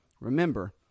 Remember